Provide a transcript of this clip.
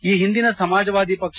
ಈ ಹಿಂದಿನ ಸಮಾಜವಾದಿ ಪಕ್ಷ